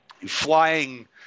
flying